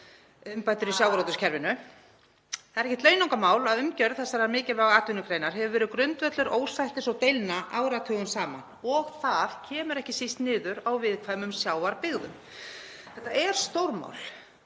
umbætur í sjávarútvegskerfinu. Það er ekkert launungarmál að umgjörð þessarar mikilvægu atvinnugreinar hefur verið grundvöllur ósættis og deilna áratugum saman og það kemur ekki síst niður á viðkvæmum sjávarbyggðum. Þetta er stórmál.